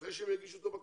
אחרי שהם יגישו את הבקשה.